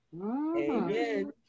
Amen